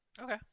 Okay